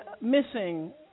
missing